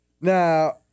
now